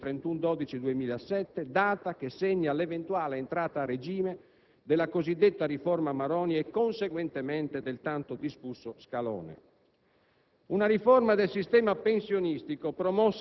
valutata, in particolare, la scadenza ormai vicina del 31 dicembre 2007, data che segna l'eventuale entrata a regime della cosiddetta riforma Maroni e, conseguentemente, del tanto discusso «scalone».